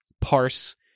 parse